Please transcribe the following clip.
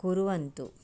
कुर्वन्तु